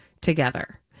together